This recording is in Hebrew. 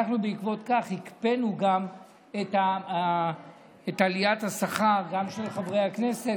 בעקבות זאת אנחנו הקפאנו את עליית השכר גם של חברי הכנסת,